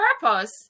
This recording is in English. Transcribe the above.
purpose